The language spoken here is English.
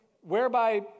whereby